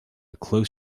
close